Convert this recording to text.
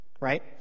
Right